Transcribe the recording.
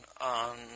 on